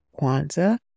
Kwanzaa